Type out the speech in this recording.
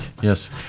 Yes